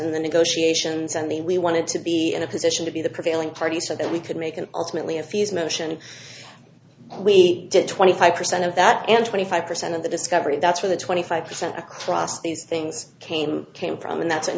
negotiations and then we wanted to be in a position to be the prevailing party so that we could make an ultimately a fuse motion we did twenty five percent of that and twenty five percent of the discovery that's where the twenty five percent across these things came came from and that's an